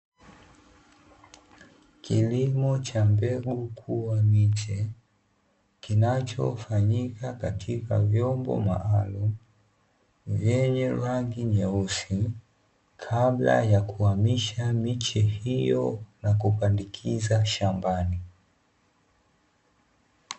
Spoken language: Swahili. Kilimo cha mbegu kuwa miche, kinachofanyika katika vyombo maalumu vyenye rangi nyeusi, kabla ya kuhamisha miche hiyo na kupandikiza shambani.